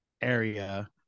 area